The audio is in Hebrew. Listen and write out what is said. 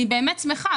אני באמת שמחה.